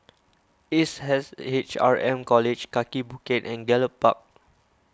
Ace S H R M College Kaki Bukit and Gallop Park